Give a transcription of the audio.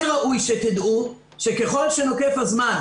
כן ראוי שתדעו שככל שנוקף הזמן,